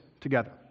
together